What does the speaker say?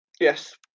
Yes